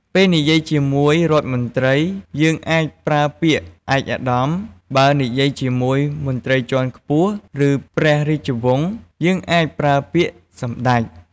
ពេលនិយាយជាមួយរដ្ឋមន្ត្រីយើងអាចប្រើពាក្យ "ឯកឧត្តម" បើនិយាយជាមួយមន្រ្តីជាន់ខ្ពស់ ឬព្រះរាជវង្សយើងអាចប្រើពាក្យ "សម្តេច"។